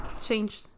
change